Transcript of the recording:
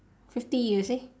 fifty years eh